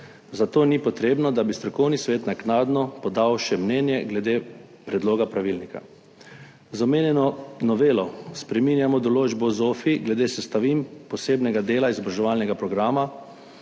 Zato ni potrebno, da bi strokovni svet naknadno podal še mnenje glede predloga pravilnika. Z omenjeno novelo spreminjamo določbo v ZOFVI glede sestavin posebnega dela izobraževalnega programa,